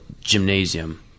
Gymnasium